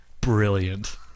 brilliant